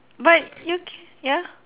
but you ca~ ya